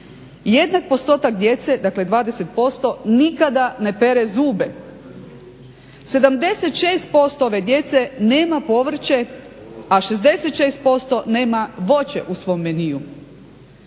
Jednak postotak djece, dakle 20% nikada ne pere zube. 76% ove djece nema povrće, a 66% nema voće u svom meniju.